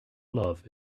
love